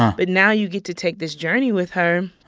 um but now you get to take this journey with her.